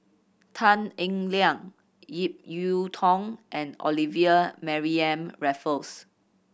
Tan Eng Liang Ip Yiu Tung and Olivia Mariamne Raffles